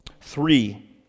Three